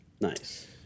Nice